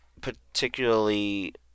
particularly